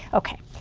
okay,